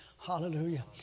Hallelujah